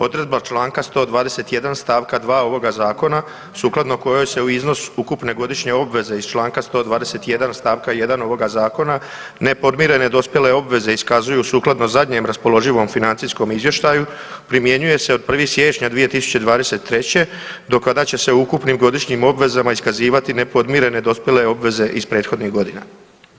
Odredba Članka 121. stavka 2. ovog zakona sukladno kojoj se u iznos ukupne godišnje obveze iz Članka 121. stavka 1. ovoga zakona nepodmirene dospjele obveze iskazuju sukladno zadnjem raspoloživom financijskom izvještaju primjenjuje se od 1. siječnja 2023. do kada će se ukupnim godišnjim obvezama iskazivati nepodmirene dospjele obveze iz prethodnih godina.